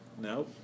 No